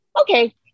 okay